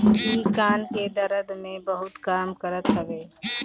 इ कान के दरद में बहुते काम करत हवे